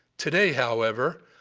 today, however,